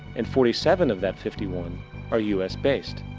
and forty seven of that fifty one are u s based.